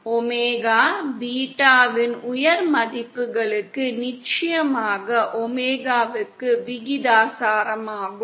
omega பீட்டாவின் உயர் மதிப்புகளுக்கு நிச்சயமாக ஒமேகாவுக்கு விகிதாசாரமாகும்